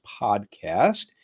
podcast